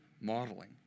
modeling